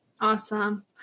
Awesome